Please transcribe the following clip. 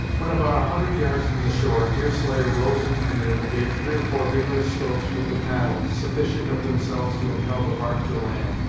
when about a hundred yards from the shore, deerslayer rose in the canoe, gave three or four vigorous strokes with the paddle, sufficient of themselves to impel the bark to land,